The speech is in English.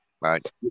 right